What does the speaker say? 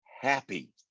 happy